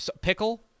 Pickle